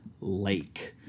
Lake